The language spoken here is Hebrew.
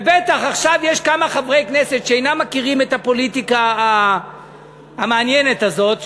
בטח עכשיו יש כמה חברי כנסת שאינם מכירים את הפוליטיקה המעניינת הזאת,